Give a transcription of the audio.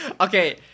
okay